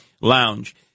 lounge